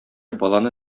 баланы